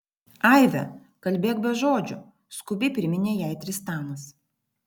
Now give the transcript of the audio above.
aive kalbėk be žodžių skubiai priminė jai tristanas